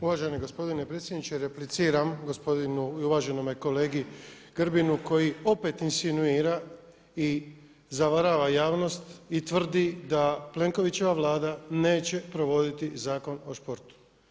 Uvaženi gospodine predsjedniče repliciram gospodinu i uvaženome kolegi Grbinu koji opet insinuira i zavarava javnost i tvrdi da Plenkovićeva Vlada neće provoditi Zakon o sportu.